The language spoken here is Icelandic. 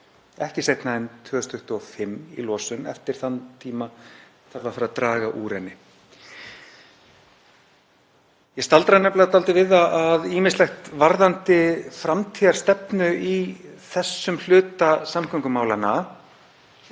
ekki seinna en 2025 í losun. Eftir þann tíma þarf að fara að draga úr henni. Ég staldra nefnilega dálítið við að ýmsu varðandi framtíðarstefnu í þessum hluta samgöngumálanna